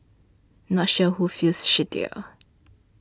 not sure who feels shittier